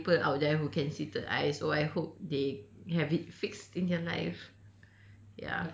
but I mean there are people out there who can see third eyes so I hope they have it fixed in their life